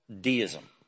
deism